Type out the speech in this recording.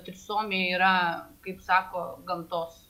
trisomija yra kaip sako gamtos